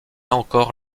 encore